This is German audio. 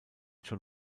schon